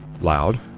loud